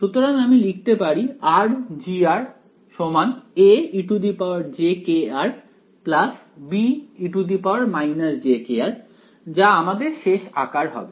সুতরাং আমি লিখতে পারি rG aejkr be jkr যা আমাদের শেষ আকার হবে